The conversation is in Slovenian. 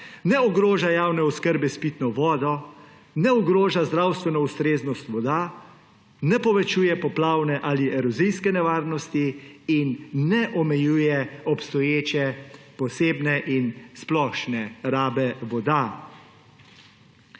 ne ogroža javne oskrbe s pitno vodo, ne ogroža zdravstveno ustreznost voda, ne povečuje poplavne ali erozijske nevarnosti in ne omejuje obstoječe posebne in splošne rabe voda.